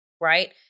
right